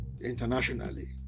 internationally